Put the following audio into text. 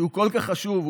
שהוא כל כך חשוב,